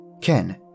Ken